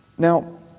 Now